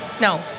No